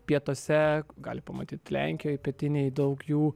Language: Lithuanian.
pietuose gali pamatyt lenkijoj pietinėj daug jų